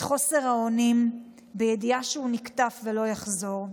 את חוסר האונים בידיעה שהוא נקטף והוא לא יחזור,